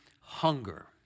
hunger